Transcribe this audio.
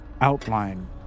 outline